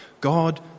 God